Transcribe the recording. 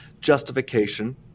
justification